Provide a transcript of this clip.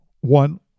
one